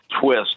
twist